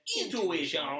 Intuition